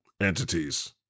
entities